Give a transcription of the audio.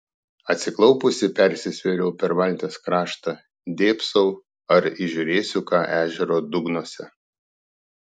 atsiklaupusi persisvėriau per valties kraštą dėbsau ar įžiūrėsiu ką ežero dugnuose